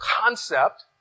concept